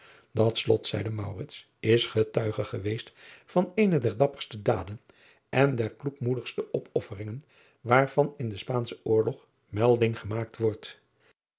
at slot zeide is getuige geweest van eene der dapperste daden en der kloekmoedigste opofferingen waarvan in den paanschen oorlog melding gemaakt wordt